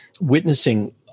witnessing